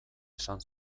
esan